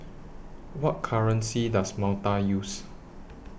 What currency Does Malta use